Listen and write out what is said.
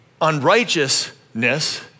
unrighteousness